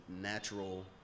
natural